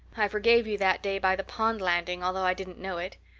i forgave you that day by the pond landing, although i didn't know it.